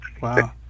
wow